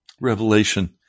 Revelation